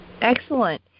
Excellent